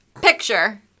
Picture